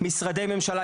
משרדי ממשלה,